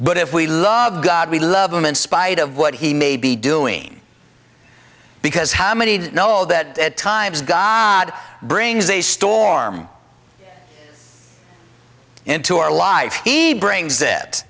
but if we love god we love him in spite of what he may be doing because how many know that at times god brings a storm into our life he brings it